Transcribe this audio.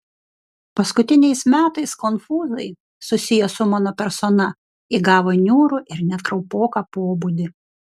paskutiniais metais konfūzai susiję su mano persona įgavo niūrų ir net kraupoką pobūdį